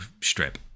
strip